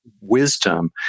wisdom